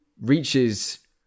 reaches